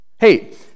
Hey